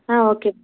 ஆ okay